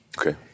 Okay